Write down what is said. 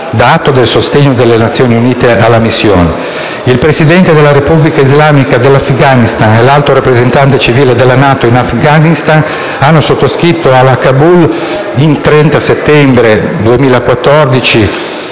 atto del sostegno delle Nazioni Unite alla missione. Il Presidente della Repubblica islamica dell'Afghanistan e l'Alto rappresentante civile della NATO in Afghanistan hanno sottoscritto a Kabul il 30 settembre 2014